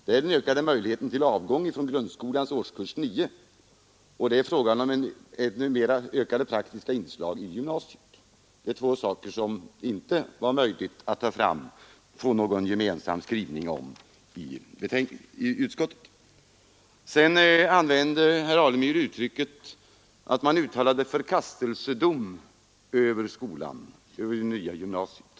Det är den ökade möjligheten till avgång från grundskolans årskurs 9 och det är frågan om ökade praktiska inslag i gymnasiet. Detta är två saker som det inte var möjligt att föra fram och få någon gemensam skrivning om i utskottet. Vidare använde herr Alemyr uttrycket att man uttalade en förkastelsedom över skolan, över det nya gymnasiet.